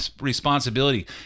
responsibility